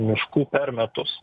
miškų per metus